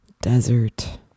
Desert